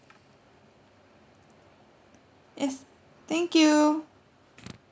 yes thank you